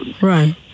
Right